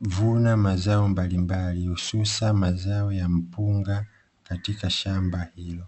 kuvuna mazao mbalimbali hususani mazao ya mpunga katika shamba hilo.